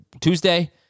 Tuesday